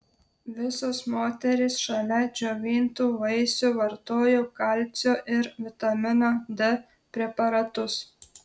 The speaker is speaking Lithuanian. visos moterys šalia džiovintų vaisių vartojo kalcio ir vitamino d preparatus